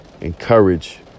encourage